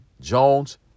Jones